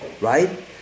right